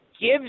gives